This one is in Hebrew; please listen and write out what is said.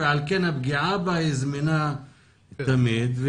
על כן הפגיעה בה זמינה תמיד.